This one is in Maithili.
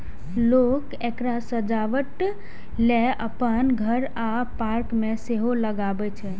लोक एकरा सजावटक लेल अपन घर आ पार्क मे सेहो लगबै छै